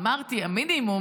אמרתי: המינימום,